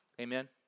Amen